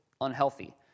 unhealthy